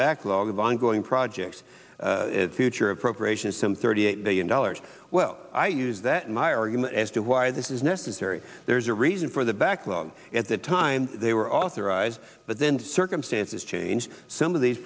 backlog of ongoing projects future appropriations some thirty eight billion dollars well i use that my argument as to why this is necessary there's a reason for the backlog at the time they were authorized but then circumstances change some of these